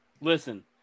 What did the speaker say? Listen